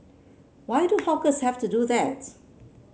why do hawkers have to do that